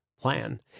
plan